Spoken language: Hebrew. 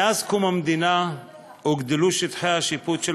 מאז קום המדינה הוגדלו שטחי השיפוט של